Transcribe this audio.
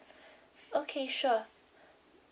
okay sure